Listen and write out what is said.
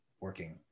working